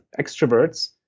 extroverts